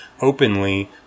openly